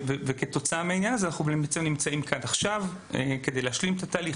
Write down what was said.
כתוצאה מהעניין הזה אנחנו נמצאים כאן עכשיו כדי להשלים את התהליך.